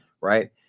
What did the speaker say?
right